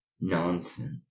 nonsense